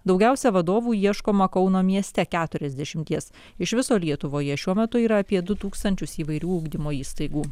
daugiausia vadovų ieškoma kauno mieste keturiasdešimties iš viso lietuvoje šiuo metu yra apie du tūkstančius įvairių ugdymo įstaigų